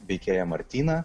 veikėją martyną